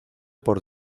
por